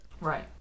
Right